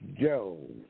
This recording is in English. Jones